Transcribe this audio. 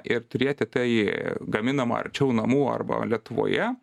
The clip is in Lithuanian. ir turėti tai gaminamą arčiau namų arba lietuvoje